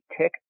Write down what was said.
tick